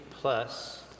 plus